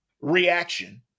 reaction